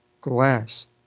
glass